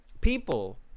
people